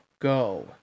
go